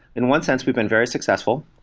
in one sense, we've been very successful.